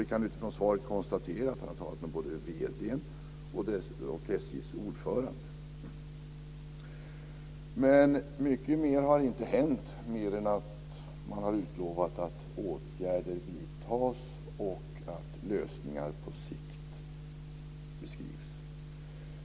Vi kan utifrån svaret konstatera att han har talat med både SJ:s vd och ordförande. Men mycket mer har inte hänt mer än att man har utlovat att åtgärder ska vidtas och lösningar på sikt.